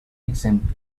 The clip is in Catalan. exemple